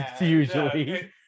usually